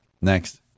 Next